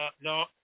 No